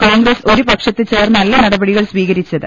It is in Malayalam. കോൺഗ്രസ് ഒരു പക്ഷത്ത് ചേർന്നല്ല നടപടികൾ സ്വീകരിച്ചത്